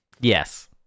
yes